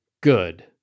Good